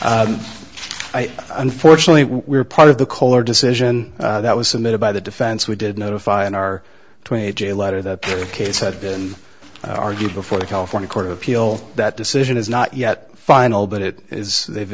unfortunately we are part of the color decision that was submitted by the defense we did notify in our twenty a j letter the case had been argued before the california court of appeal that decision is not yet final but it is they've